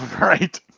right